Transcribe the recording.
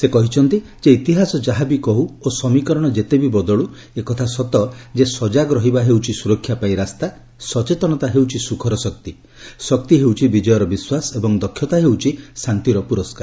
ସେ କହିଛନ୍ତି ଯେ ଇତିହାସ ଯାହା ବି କହ୍ନୁ ଓ ସମୀକରଣ ଯେତେ ବି ବଦଳୁ ଏକଥା ସତ ଯେ ସଜାଗ ରହିବା ହେଉଛି ସ୍ୱରକ୍ଷା ପାଇଁ ରାସ୍ତା ସଚେତନତା ହେଉଛି ସ୍ୱଖର ଶକ୍ତି ଶକ୍ତି ହେଉଛି ବିଜୟର ବିଶ୍ୱାସ ଏବଂ ଦକ୍ଷତା ହେଉଛି ଶାନ୍ତିର ପ୍ରରସ୍କାର